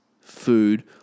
food